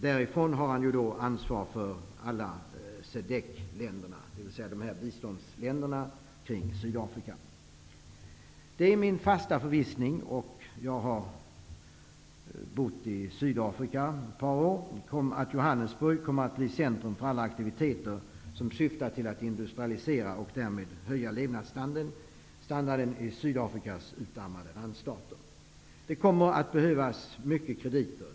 Därifrån har han då ansvar för alla Jag har bott i Sydafrika i ett par år, och min fasta förvissning är att Johannesburg kommer att bli centrum för alla aktiviteter som syftar till att industrialisera och därmed höja levnadsstandarden i Sydafrikas utarmade randstater. Det kommer att behövas mycket krediter.